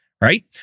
Right